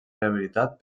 variabilitat